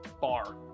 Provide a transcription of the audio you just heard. bar